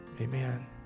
Amen